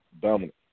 Dominant